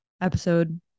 episode